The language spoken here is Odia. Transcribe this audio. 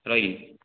ରହିଲି